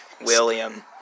William